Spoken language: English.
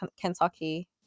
Kentucky